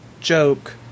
joke